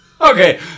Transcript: Okay